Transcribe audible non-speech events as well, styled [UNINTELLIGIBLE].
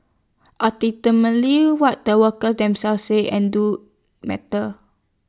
[UNINTELLIGIBLE] what the workers themselves say and do matters